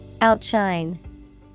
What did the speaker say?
Outshine